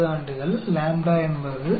तो हम क्या करे